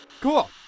Cool